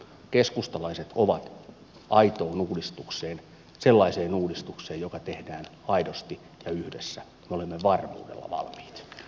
keskustalaiset ovat aitoon uudistukseen sellaiseen uudistukseen joka tehdään aidosti ja yhdessä varmuudella valmiit